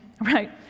right